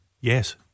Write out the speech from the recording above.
yes